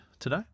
Today